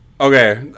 Okay